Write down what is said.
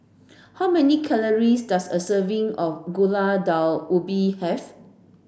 how many calories does a serving of Gulai Daun Ubi have